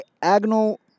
diagonal